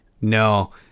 no